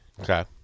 Okay